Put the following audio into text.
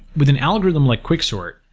with an algorithm like quicksort,